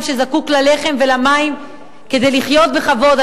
שזקוק ללחם ולמים כדי לחיות בכבוד.